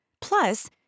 Plus